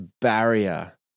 barrier